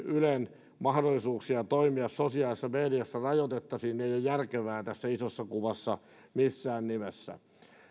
ylen mahdollisuuksia toimia sosiaalisessa mediassa rajoitettaisiin eivät ole järkeviä tässä isossa kuvassa missään nimessä